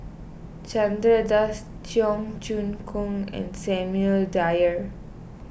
Chandra Das Cheong Choong Kong and Samuel Dyer